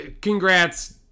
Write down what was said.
Congrats